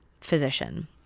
physician